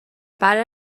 برای